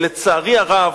ולצערי הרב,